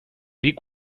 big